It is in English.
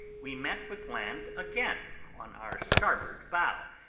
we met with land again on our starboard bow,